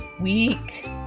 week